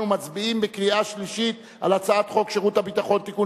אנחנו מצביעים בקריאה שלישית על הצעת חוק שירות ביטחון (תיקון